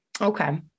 Okay